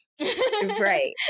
Right